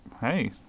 hey